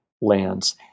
lands